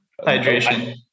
hydration